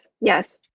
yes